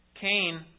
Cain